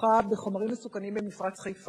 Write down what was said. שלישית ואחרונה: ועדת הכנסת קבעה